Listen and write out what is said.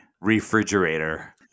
Refrigerator